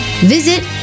visit